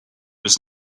was